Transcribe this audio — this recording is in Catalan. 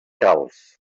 calç